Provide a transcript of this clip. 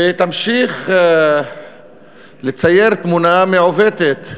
ותמשיך לצייר תמונה מעוותת,